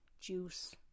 juice